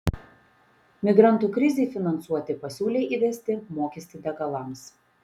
migrantų krizei finansuoti pasiūlė įvesti mokestį degalams